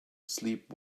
sleep